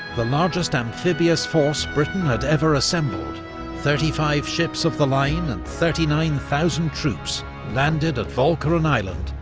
the largest amphibious force britain had ever assembled thirty five ships of the line and thirty nine thousand troops landed at walcheren island,